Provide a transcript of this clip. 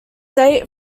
date